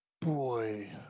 Boy